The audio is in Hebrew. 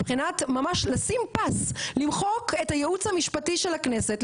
מבחינת ממש למחוק את הייעוץ המשפטי של הכנסת,